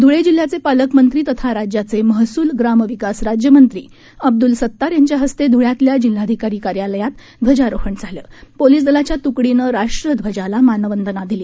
ध्ळे जिल्ह्याचे पालकमंत्री तथा राज्याचे महसूल ग्रामविकास राज्यमंत्री अब्दुल सतार यांच्या हस्ते धुळ्यातल्या जिल्हाधिकारी कार्यालयात ध्वजारोहण झालं पोलिस दलाच्या तुकडीने राष्ट्रध्वजाला मानवंदना दिली